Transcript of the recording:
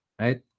right